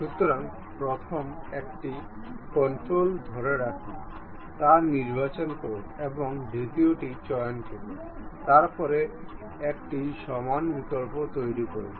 সুতরাং প্রথম একটি কন্ট্রোল ধরে রাখুন তা নির্বাচন করুন এবং দ্বিতীয়টি চয়ন করুন তারপরে একটি সমান বিকল্প তৈরি করুন